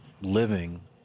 living